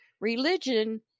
religion